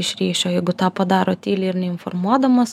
iš ryšio jeigu tą padaro tyliai ir neinformuodamas